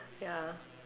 ya